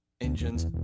engines